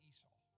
Esau